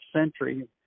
century